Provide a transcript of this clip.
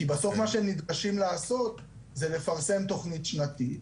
כי בסוף מה שהם נדרשים לעשות זה לפרסם תכנית שנתית,